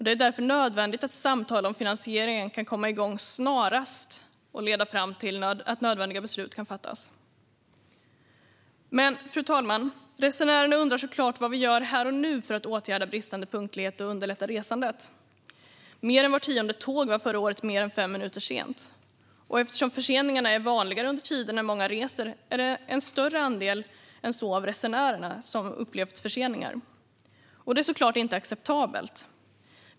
Det är därför nödvändigt att samtal om finansieringen kan komma igång snarast och leda fram till att nödvändiga beslut kan fattas. Fru talman! Resenärerna undrar såklart vad vi gör här och nu för att åtgärda bristande punktlighet och underlätta resandet. Mer än vart tionde tåg var förra året mer än fem minuter sent. Eftersom förseningarna är vanligare under tider när många reser är det en större andel än så av resenärerna som upplevt förseningar. Det är såklart inte acceptabelt.